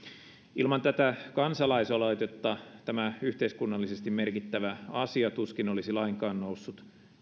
ilman tätä kansalaisaloitetta tämä yhteiskunnallisesti merkittävä asia tuskin olisi lainkaan noussut